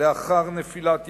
לאחר נפילת יקירן,